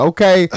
Okay